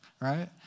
right